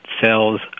sells